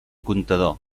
comptador